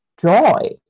joy